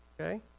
Okay